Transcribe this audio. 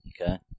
Okay